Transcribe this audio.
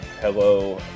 hello